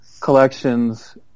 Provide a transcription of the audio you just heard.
collections